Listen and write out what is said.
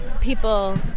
people